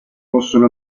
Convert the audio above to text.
possono